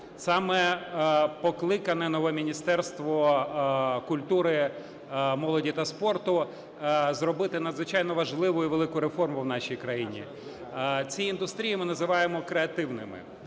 Саме покликане нове Міністерство культури, молоді та спорту зробити надзвичайно важливу і велику реформу в нашій країні. Ці індустрії ми називаємо креативними.